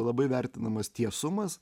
labai vertinamas tiesumas